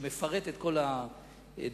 שמפרט את כל הדברים,